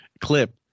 clip